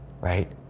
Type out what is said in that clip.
Right